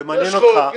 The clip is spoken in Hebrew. יש חוק,